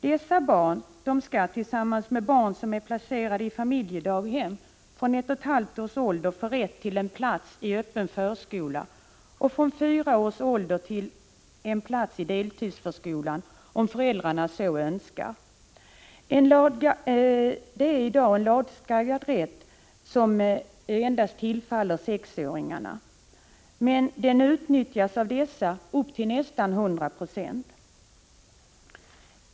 Dessa barn skall, tillsammans med barn som är placerade i familjedaghem, från ett och ett halvt års ålder ha rätt till en plats i öppen förskola och från fyra års ålder till en plats i deltidsförskola, om föräldrarna så önskar. Detta är i dag en lagstadgad rätt som tillfaller endast sexåringarna. Av dessa utnyttjas den upp till nästan 100 26.